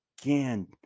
Again